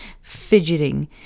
fidgeting